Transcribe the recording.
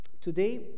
today